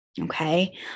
okay